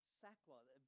sackcloth